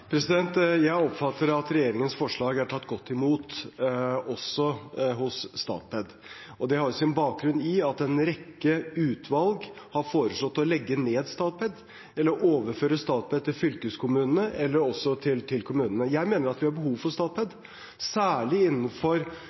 Jeg oppfatter at regjeringens forslag er tatt godt imot, også hos Statped. Det har sin bakgrunn i at en rekke utvalg har foreslått å legge ned Statped eller å overføre Statped til fylkeskommunene eller kommunene. Jeg mener vi har behov for Statped, særlig innenfor